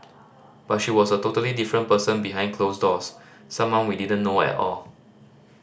but she was a totally different person behind closed doors someone we didn't know at all